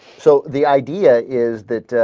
so the idea is that ah.